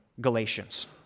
Galatians